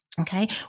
okay